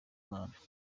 mana